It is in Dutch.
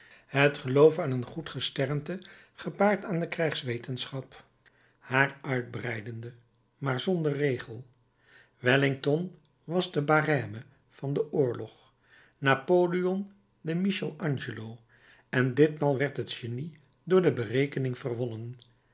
het geloof aan een goed gesternte gepaard aan de krijgswetenschap haar uitbreidende maar zonder regel wellington was de barême van den oorlog napoleon de michel angelo en ditmaal werd het genie door de berekening verwonnen